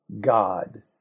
God